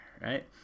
right